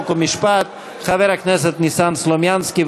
חוק ומשפט חבר הכנסת ניסן סלומינסקי.